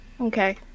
okay